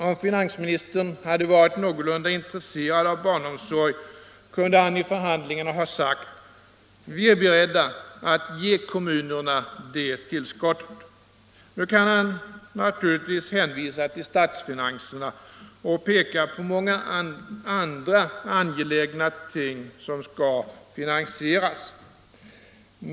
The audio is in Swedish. Om finansministern hade varit någorlunda intresserad av barnomsorgen kunde han vid förhandlingarna ha sagt: ”Vi är beredda att ge kommunerna det tillskottet.” Nu kan han naturligtvis hänvisa till statsfinanserna och peka på många andra angelägna ting som skall finansieras.